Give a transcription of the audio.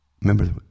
Remember